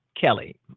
kelly